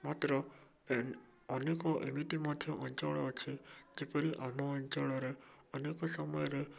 ମାତ୍ର ଅନେକ ଏମିତି ମଧ୍ୟ ଅଞ୍ଚଳ ଅଛି ଯେପରି ଆମ ଅଞ୍ଚଳରେ ଅନେକ ସମୟରେ